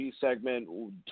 segment